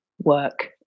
work